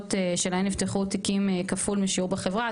שלהן נפתחו תיקים כפול משיעור בחברה.